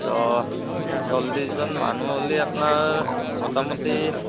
ত' চল্লিছজন মানুহ হ'ল আপোনাৰ মোটামুটি